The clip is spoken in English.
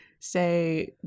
say